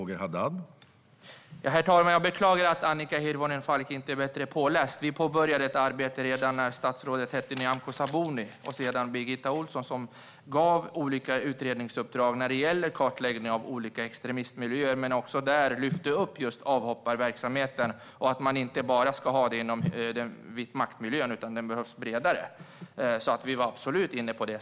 Herr talman! Jag beklagar att Annika Hirvonen Falk inte är bättre påläst. Vi påbörjade ett arbete redan när statsråden hette Nyamko Sabuni och sedan Birgitta Ohlsson som gav olika utredningsuppdrag om kartläggning av olika extremistmiljöer. Där lyftes också avhopparverksamheten upp och att man inte bara ska ha den inom vitmaktmiljön utan att den behövs bredare. Vi var absolut inne på det.